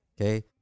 okay